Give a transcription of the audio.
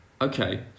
Okay